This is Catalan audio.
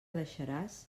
deixaràs